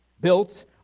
Built